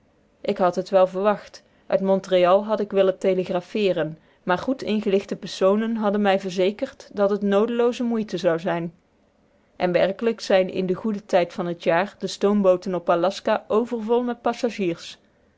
ik had het wel verwacht uit montreal had ik willen telegrafeeren maar goed ingelichte personen hadden mij verzekerd dat het noodelooze moeite zou zijn en werkelijk zijn in den goeden tijd van het jaar de stoombooten op aljaska overvol met passagiers